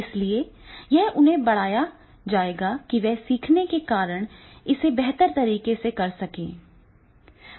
इसलिए यह उन्हें बढ़ाया जाएगा कि वे सीखने के कारण इसे बेहतर तरीके से कर सकें